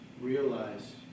realize